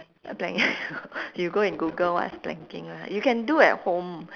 uh plank~ you go and google what is planking lah you can do at home